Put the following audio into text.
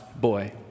boy